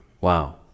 Wow